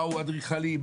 באו אדריכלים,